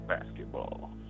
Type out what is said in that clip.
Basketball